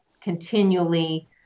continually